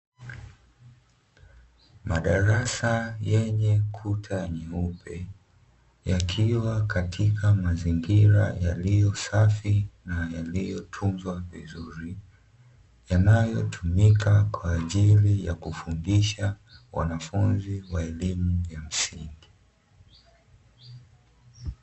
Madarasa yenye kuta nyeupe yakiwa katika mazingira yaliyo safi na yaliyotunzwa vizuri, yanayotumika kwa ajili ya kufundisha wanafunzi wa elimu ya msingi.